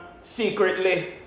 secretly